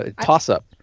toss-up